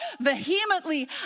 vehemently